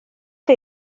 chi